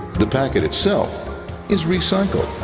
the packet itself is recycled,